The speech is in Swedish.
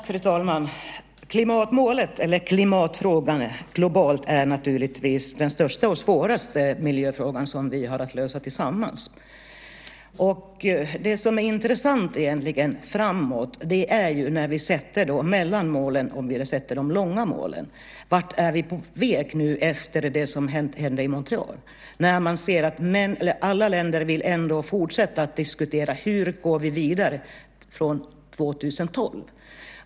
Fru talman! Klimatfrågan globalt är naturligtvis den största och svåraste miljöfråga som vi har att lösa tillsammans. Det som framåt egentligen är intressant mellan målen - om vi sätter långsiktiga mål - är vart vi är på väg efter det som hänt i Montreal. Alla länder vill ju fortsätta att diskutera hur vi går vidare från år 2012.